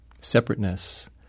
separateness